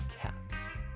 cats